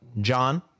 John